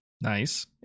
Nice